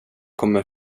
kommer